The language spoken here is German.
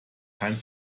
kein